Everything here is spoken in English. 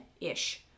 ish